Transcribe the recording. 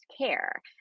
care